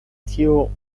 tiu